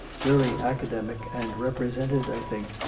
very academic, and represented, i think,